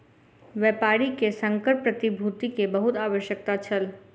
व्यापारी के संकर प्रतिभूति के बहुत आवश्यकता छल